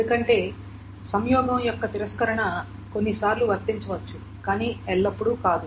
ఎందుకంటే సంయోగం యొక్క తిరస్కరణ కొన్నిసార్లు వర్తించవచ్చు కానీ ఎల్లప్పుడూ కాదు